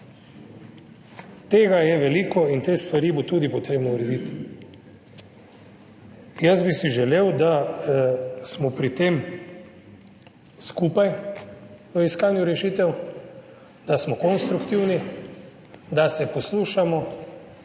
Tega je veliko in te stvari bo tudi potrebno urediti. Jaz bi si želel, da smo pri tem skupaj v iskanju rešitev, da smo konstruktivni, da se poslušamo,